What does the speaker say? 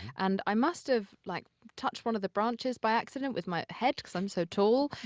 and i must have, like, touched one of the branches by accident with my head, cause i'm so tall.